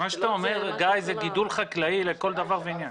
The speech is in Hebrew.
מה שגיא אומר, זה גידול חקלאי לכל דבר ועניין.